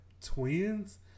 twins